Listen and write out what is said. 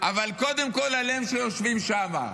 אבל קודם כול עליהם, שיושבים שם.